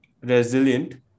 resilient